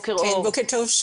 בוקר טוב.